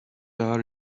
are